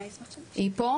היי רוני.